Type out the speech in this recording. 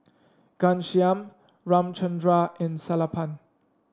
Ghanshyam Ramchundra and Sellapan